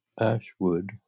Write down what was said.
ashwood